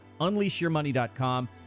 unleashyourmoney.com